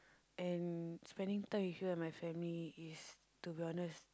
and spending time with you and my family is to be honest